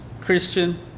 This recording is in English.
Christian